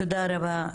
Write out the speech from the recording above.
תודה רבה,